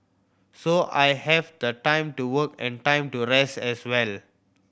so I have the time to work and time to rest as well